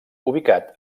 ubicat